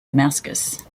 damascus